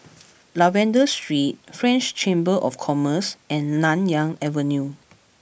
Lavender Street French Chamber of Commerce and Nanyang Avenue